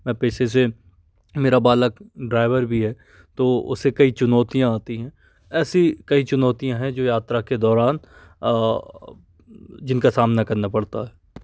अ पेशे से मेरा बालक ड्राइवर भी है तो उसे कई चुनौतियाँ आती हैं ऐसी कई चुनौतियाँ हैं जो यात्रा के दौरान जिनका सामना करना पड़ता हैं